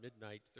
midnight